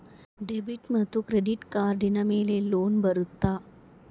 Debit ಮತ್ತು credit ಕಾರ್ಡಿನ ಮೇಲೆ ಲೋನ್ ಬರುತ್ತಾ?